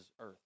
earth